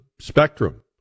spectrum